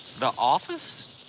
the office.